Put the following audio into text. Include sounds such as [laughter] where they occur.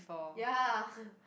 ya [breath]